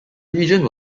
region